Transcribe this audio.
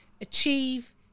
achieve